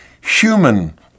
human